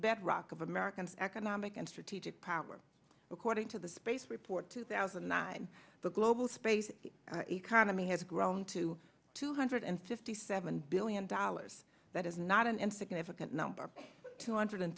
bedrock of americans economic and strategic power according to the space report two thousand and nine the global space economy has grown to two hundred fifty seven billion dollars that is not an insignificant number two hundred